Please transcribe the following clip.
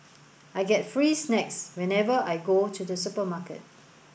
I get free snacks whenever I go to the supermarket